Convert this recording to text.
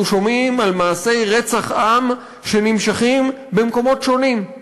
שומעים על מעשי רצח עם שנמשכים במקומות שונים.